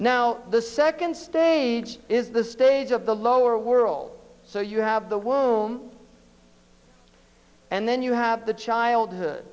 now the second stage is the stage of the lower world so you have the womb and then you have the child